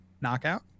knockout